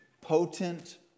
potent